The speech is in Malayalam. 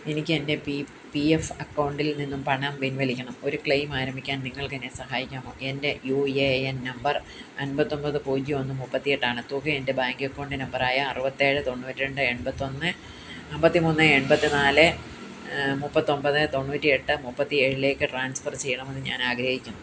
എനിക്ക് എൻ്റെ പി എഫ് അക്കൗണ്ടിൽനിന്ന് പണം പിൻവലിക്കണം ഒരു ക്ലെയിം ആരംഭിക്കാൻ നിങ്ങൾക്ക് എന്നെ സഹായിക്കാമോ എൻ്റെ യു എ എൻ നമ്പർ അൻപത്തൊപത് പൂജ്യം ഒന്ന് മുപ്പത്തി എട്ട് ആണ് തുക എൻ്റെ ബാങ്ക് അക്കൗണ്ട് നമ്പർ ആയ അറുപത്തേഴ് തൊണ്ണൂറ്റി രണ്ട് എൺപത്തൊന്ന് അമ്പത്തിമൂന്ന് എൺപത്തിനാല് മുപ്പത്തൊമ്പത് തൊണ്ണൂറ്റി എട്ട് മുപ്പത്തി ഏഴിലേക്ക് ട്രാൻസ്ഫർ ചെയ്യണമെന്ന് ഞാൻ ആഗ്രഹിക്കുന്നു